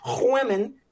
women